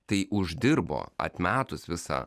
tai uždirbo atmetus visą